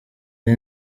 ari